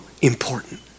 important